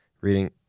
Reading